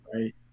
right